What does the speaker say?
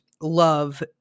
love